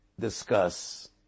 discuss